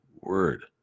word